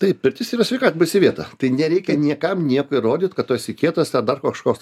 taip pirtis yra sveikatai baisi vieta tai nereikia niekam nieko įrodyt kad tu esi kietas ar dar kažkoks